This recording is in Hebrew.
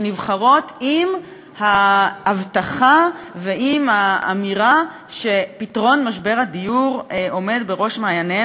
שנבחרות עם ההבטחה ועם האמירה שפתרון משבר הדיור עומד בראש מעייניהן,